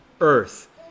earth